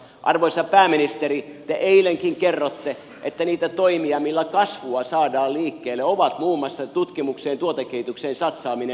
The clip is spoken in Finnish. arvoisa pääministeri te eilenkin kerroitte että niitä toimia millä kasvua saadaan liikkeelle ovat muun muassa tutkimukseen ja tuotekehitykseen satsaaminen